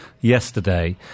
yesterday